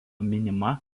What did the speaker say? minima